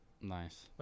Nice